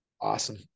Awesome